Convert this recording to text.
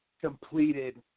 completed